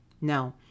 No